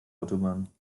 autobahn